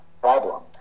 problem